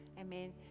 Amen